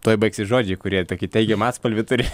tuoj baigsis žodžiai kurie tokį teigiamą atspalvį turi